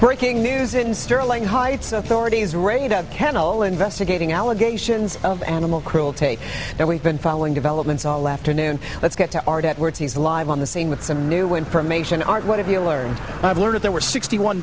breaking news in sterling heights authorities raided a kennel investigating allegations of animal cruelty and we've been following developments all afternoon let's get to our networks he's live on the scene with some new information art what have you learned i've learned there were sixty one